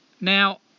Now